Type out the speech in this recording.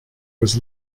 was